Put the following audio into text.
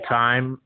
time